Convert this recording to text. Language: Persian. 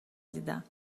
دیدم